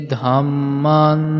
Dhamman